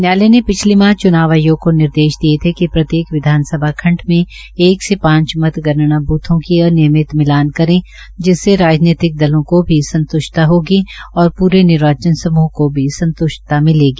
न्यायालय ने पिछले माह चुनाव को निर्देश दिये थे कि प्रत्येक विधानसभा खंडी में एक से पांच मतगण्ना बूथों की अनियमित मिलान करें जिससे राजनीतिकों दलों को भी संत्ष्टता होगी और पूरे निर्वाचन समूह को भी संतुष्टता मिलेगी